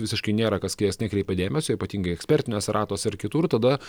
visiškai nėra kas į jas nekreipia dėmesio ypatingai ekspertiniuose ratuose ir kitur tada